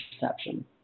perception